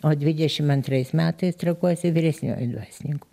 o dvidešim antrais metais trakuose vyresniuoju dvasininku